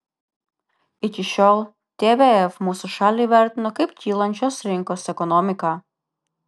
iki šiol tvf mūsų šalį vertino kaip kylančios rinkos ekonomiką